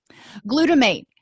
Glutamate